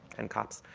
and cops.